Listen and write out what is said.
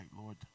Lord